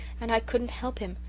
and i couldn't help him.